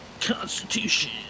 Constitution